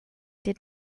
did